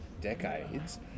decades